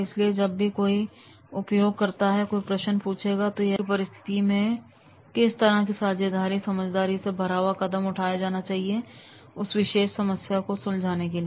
इसलिए जब भी कोई उपयोग करता कोई प्रश्न पूछेगा तो वह यह बता पाएगा कि इस प्रकार की परिस्थिति मैं उसे किस तरह का समझदारी से भरा हुआ कदम उठाना चाहिए उस विशेष समस्या को सुलझाने के लिए